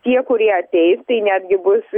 tie kurie ateis tai netgi bus